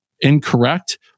incorrect